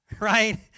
right